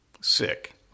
sick